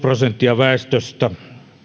prosenttia väestöstä